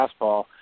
fastball